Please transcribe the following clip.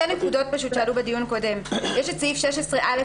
שתי נקודות שעלו בדיון הקודם: יש את סעיף 16(א)